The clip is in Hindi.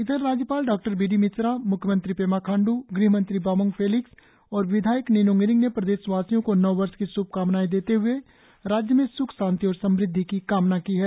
इधर राज्यपाल डॉ बी डी मिश्रा म्ख्यमंत्री पेमा खांडू गृह मंत्री बामांग फेलिक्स और विधायक निनोंग ईरिंग ने प्रदेशवासियों को नववर्ष की श्भकामनाए देते हुए राज्य में स्ख शांति और समृद्धि की कामना की है